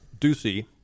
Ducey